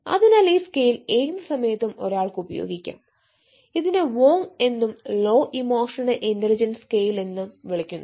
അതിനാൽ ഈ സ്കെയിൽ ഏത് സമയത്തും ഒരാൾക്ക് ഉപയോഗിക്കാം ഇതിനെ വോംഗ് എന്നും ലോ ഇമോഷണൽ ഇന്റലിജൻസ് സ്കെയിൽ എന്ന് വിളിക്കുന്നു